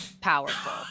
powerful